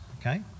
Okay